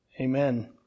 Amen